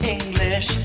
English